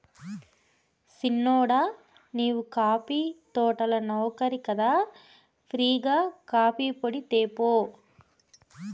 సిన్నోడా నీవు కాఫీ తోటల నౌకరి కదా ఫ్రీ గా కాఫీపొడి తేపో